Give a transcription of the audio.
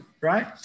right